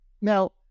now